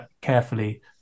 carefully